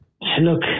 look